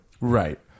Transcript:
Right